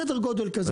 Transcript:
סדר גודל כזה.